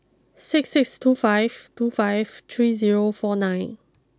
six six two five two five three zero four nine